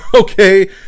Okay